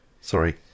Sorry